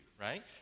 right